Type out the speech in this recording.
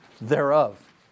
thereof